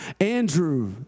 Andrew